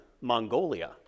Mongolia